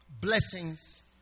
blessings